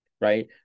right